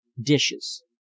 dishes